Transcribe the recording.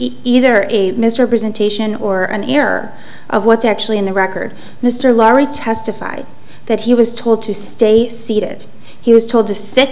either a misrepresentation or an error of what's actually in the record mr laurie testified that he was told to stay seated he was told to sit